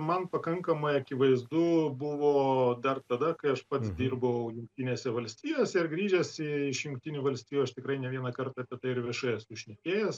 man pakankamai akivaizdu buvo dar tada kai aš pats dirbau jungtinėse valstijose ir grįžęs iš jungtinių valstijų aš tikrai ne vieną kartą apie tai ir viešai esu šnekėjęs